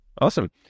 Awesome